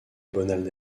bonald